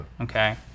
Okay